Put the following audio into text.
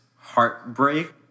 heartbreak